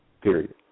period